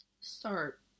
start